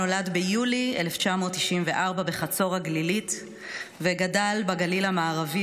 נולד ביולי 1994 בחצור הגלילית וגדל בגליל המערבי,